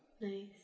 Nice